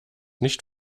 nicht